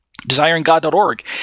DesiringGod.org